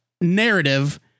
narrative